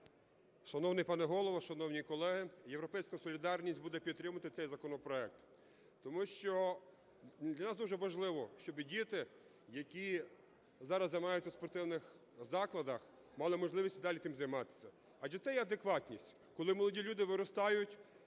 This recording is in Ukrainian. Шановний пане Голово, шановні колеги, "Європейська солідарність" буде підтримувати цей законопроект, тому що для нас дуже важливо, щоб діти, які зараз займаються в спортивних закладах, мали можливість і далі тим займатися, адже це є адекватність, коли молоді виростають